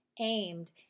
aimed